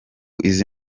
izi